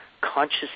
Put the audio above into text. conscious